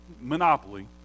monopoly